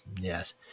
Yes